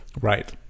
Right